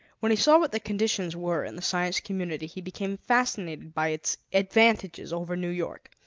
when he saw what the conditions were in the science community, he became fascinated by its advantages over new york